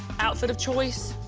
outfit of choice.